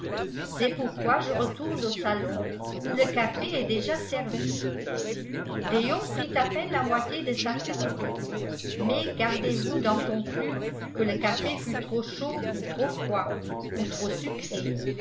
c'est pourquoi je retourne au salon où le café est déjà servi léon prit à peine la moitié de sa tasse mais gardez-vous d'en conclure que le café fût trop chaud ou trop froid ou trop sucré